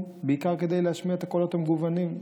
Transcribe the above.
בעיקר כדי להשמיע את הקולות המגוונים.